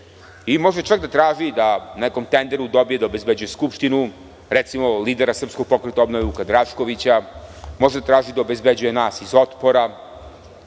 i može čak da traži da na nekom tenderu dobije da obezbeđuje Skupštinu, recimo lidera SPO, Vuka Draškovića, može da traži da obezbeđuje nas iz Otpora